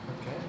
okay